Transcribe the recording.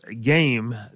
game